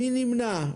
מי נמנע?